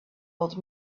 old